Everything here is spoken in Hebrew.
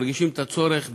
מרגישים את הצורך בדיונים,